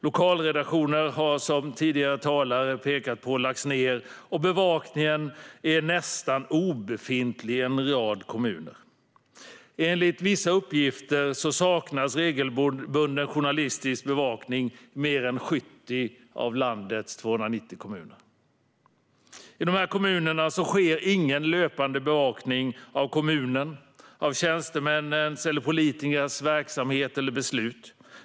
Lokalredaktioner har, som tidigare talare pekat på, lagts ned, och bevakningen är nästan obefintlig i en rad kommuner. Enligt vissa uppgifter saknas regelbunden journalistisk bevakning i mer än 70 av landets 290 kommuner. I dessa kommuner sker ingen löpande bevakning av kommunens, tjänstemännens och politikernas verksamhet och beslut.